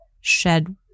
shed